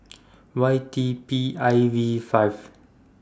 Y D P I V five